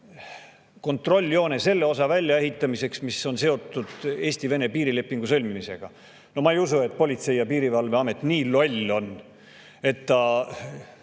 kontrolljoone selle osa väljaehitamiseks, mis on seotud Eesti-Vene piirilepingu sõlmimisega. No ma ei usu, et Politsei- ja Piirivalveamet on nii loll, et ta